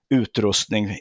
utrustning